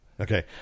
Okay